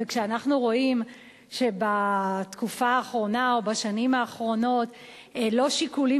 וכשאנחנו רואים שבתקופה האחרונה או בשנים האחרונות לא שיקולים